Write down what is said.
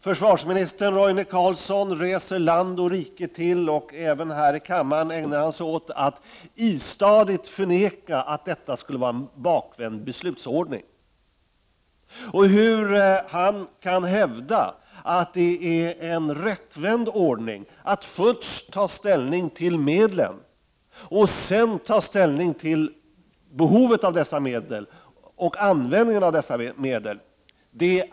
Försvarsminister Roine Carlsson reser land och rike runt och ägnar sig även här i riksdagen åt att istadigt förneka att det skulle vara en bakvänd beslutsordning. Hur han kan hävda att det är en rättvänd ordning att först ta ställning till medlen och se dan ta ställning till behovet och användningen av dessa medel är en gåta. — Prot.